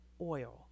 oil